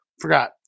Forgot